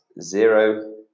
Zero